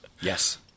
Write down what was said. yes